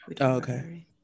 okay